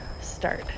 start